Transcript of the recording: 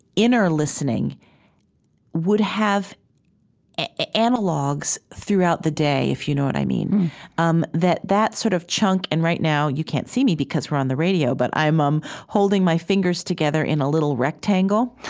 inner listening would have analogs throughout the day, if you know what i mean um that that sort of chunk and right now you can't see me because we're on the radio, but i'm um holding my fingers together in a little rectangle.